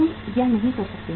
तुम यह नहीं कर सकते